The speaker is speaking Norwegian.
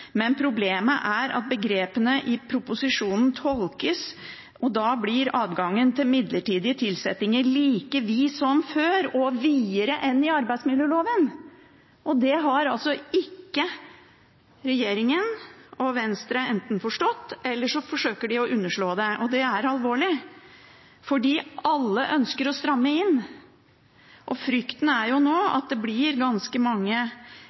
Problemet er at begrepene i proposisjonen tolkes, og da blir adgangen til midlertidige tilsettinger like vid som før, og videre enn i arbeidsmiljøloven. Enten har ikke regjeringen og Venstre forstått det, eller de forsøker å underslå det, og det er alvorlig, for alle ønsker å stramme inn. Frykten er nå at det blir ganske mange